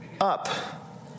up